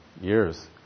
years